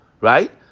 right